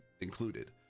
included